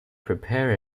prepare